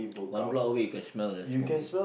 one block away can smell the smoke already